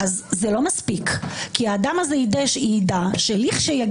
הדיבור על איזה שהוא זיהום פוליטי של